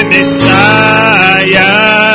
Messiah